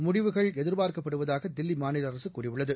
முடிவுகள் எதிர்பார்க்கப்படுவதாக தில்லி மாநில அரசு கூறியுள்ளது